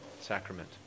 sacrament